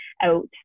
out